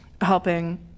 helping